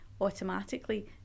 automatically